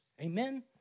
Amen